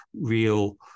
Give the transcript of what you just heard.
real